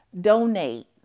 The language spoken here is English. donate